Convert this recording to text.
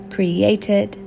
Created